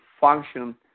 function